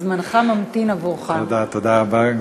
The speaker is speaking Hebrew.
תודה רבה.